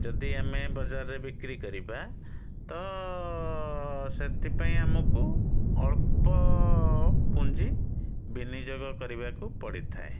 ଯଦି ଆମେ ବଜାରରେ ବିକ୍ରି କରିବା ତ ସେଥିପାଇଁ ଆମକୁ ଅଳ୍ପ ପୁଞ୍ଜି ବିନିଯୋଗ କରିବାକୁ ପଡ଼ିଥାଏ